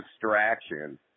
distraction